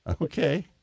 Okay